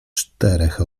czterech